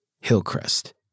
Hillcrest